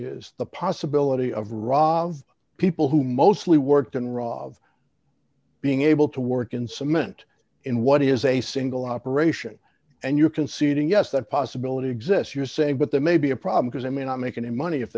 is the possibility of ra of people who mostly worked in raw of being able to work in cement in what is a single operation and you're conceding yes that possibility exists you're saying but there may be a problem because it may not make it in money if